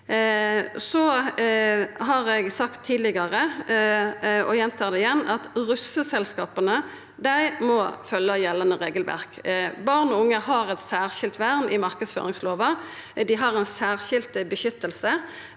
eg gjentar det, at russeselskapa må følgja gjeldande regelverk. Barn og unge har eit særskilt vern i marknadsføringslova. Dei har ein særskilt beskyttelse.